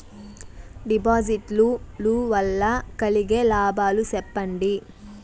డిపాజిట్లు లు వల్ల కలిగే లాభాలు సెప్పండి?